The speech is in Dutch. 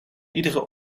iedere